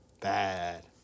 Bad